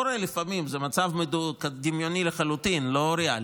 זה קורה לפעמים, זה מצב דמיוני לחלוטין, לא ריאלי,